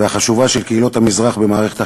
והחשובה של קהילות המזרח במערכת החינוך.